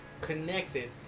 connected